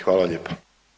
Hvala lijepa.